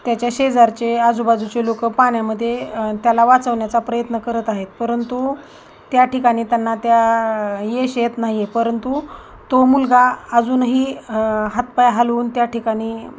त्याच्या शेजारचे आजूबाजूचे लोक पाण्यामध्ये त्याला वाचवण्याचा प्रयत्न करत आहेत परंतु त्या ठिकाणी त्यांना त्या यश येत नाही आहे परंतु तो मुलगा अजूनही हातपाय हलवून त्या ठिकाणी